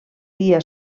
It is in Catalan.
dia